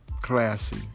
classy